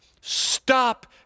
Stop